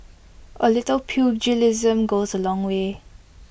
A little pugilism goes A long way